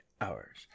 hours